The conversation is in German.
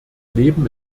leben